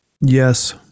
yes